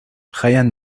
ryan